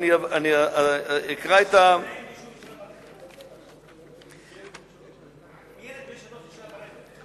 איך המכשיר מזהה אם מישהו נשאר ברכב?